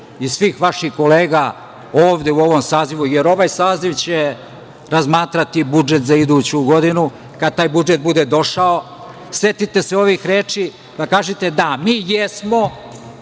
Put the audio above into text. i svih vaših kolega ovde u ovom sazivu, jer ovaj saziv će razmatrati budžet za iduću godinu. Kad taj budžet bude došao setite se ovih reči, pa kažite – da, mi jesmo